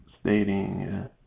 Stating